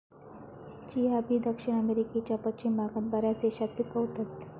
chia बी दक्षिण अमेरिकेच्या पश्चिम भागात बऱ्याच देशात पिकवतत